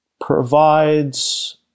provides